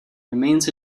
remains